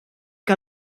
que